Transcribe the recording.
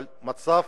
אבל המצב